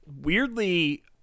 weirdly